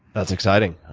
that's exciting.